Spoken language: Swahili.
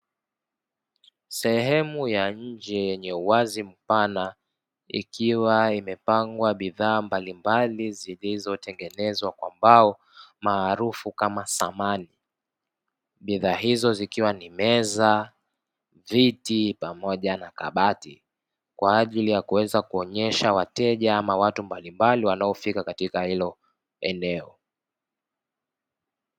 Sehemu ya nje yenye uwazi mpana ikiwa imepangwa bidhaa mbalimbali zilizotengenezwa kwa mbao maarufu kama samani. Bidhaa hizo zikiwa ni meza viti pamoja na kabati kwa ajili ya kuweza kuonyesha wateja ama watu mbali mbali wanaofika katika hilo eneo.